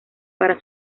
para